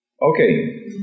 Okay